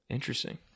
Interesting